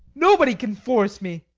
nobody can force me.